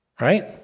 Right